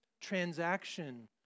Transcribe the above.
transaction